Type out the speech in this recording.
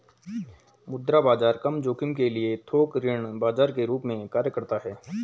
मुद्रा बाजार कम जोखिम के लिए थोक ऋण बाजार के रूप में कार्य करता हैं